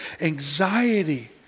anxiety